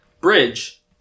bridge